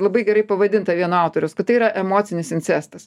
labai gerai pavadinta vieno autoriaus kad tai yra emocinis incestas